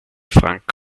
frank